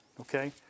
Okay